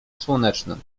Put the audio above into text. słonecznym